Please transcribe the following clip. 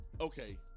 okay